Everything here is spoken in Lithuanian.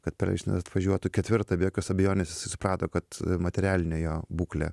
kad perelšteinas atvažiuotų ketvirta be jokios abejonės jisai suprato kad materialinė jo būklė